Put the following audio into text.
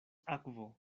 akvo